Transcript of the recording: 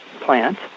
plant